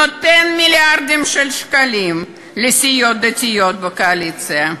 נותן מיליארדים של שקלים לסיעות דתיות בקואליציה.